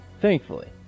Thankfully